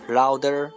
louder